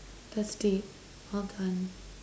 thirsty well done